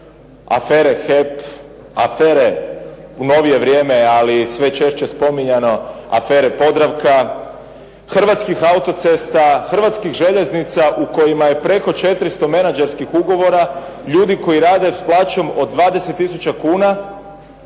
afere "HEP" afere u novije vrijeme ali sve češće spominjano afere "Podravka", Hrvatskih auto-cesta, Hrvatskih željeznica u kojima je preko 400 menađerskih ugovora ljudi koji rade s plaćom od 20 tisuća